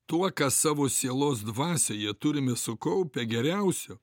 tuo ką savo sielos dvasioje turime sukaupę geriausio